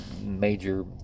major